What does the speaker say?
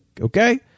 Okay